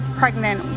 pregnant